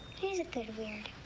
he's a good weird.